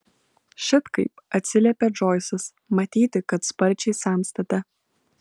šit kaip atsiliepė džoisas matyti kad sparčiai senstate